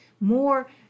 more